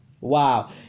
Wow